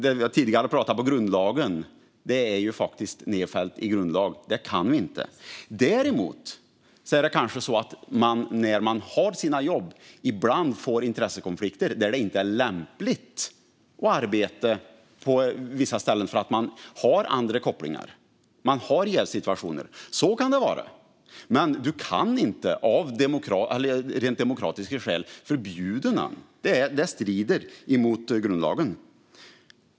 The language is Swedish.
Vi har tidigare pratat om grundlagen. Och detta står i grundlagen, och det kan vi inte förbjuda. Men ibland kan det bli intressekonflikter, och det kanske då inte är lämpligt att arbeta på vissa ställen när man har andra kopplingar och det kan bli jävssituationer. Så kan det vara. Men av rent demokratiska skäl går det inte att förbjuda någon att vara med i organisationer. Det strider mot grundlagen.